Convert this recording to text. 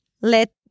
let